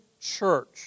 Church